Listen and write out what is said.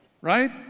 right